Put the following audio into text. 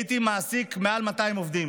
הייתי מעסיק של מעל 200 עובדים.